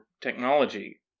technology